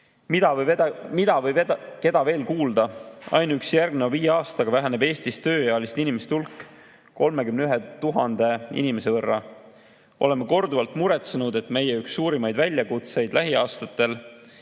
Mida või keda veel kuulata? Ainuüksi järgneva viie aastaga väheneb Eestis tööealiste inimeste hulk 31 000 inimese võrra. Oleme korduvalt muretsenud, et meie üks suurimaid väljakutseid lähiaastatel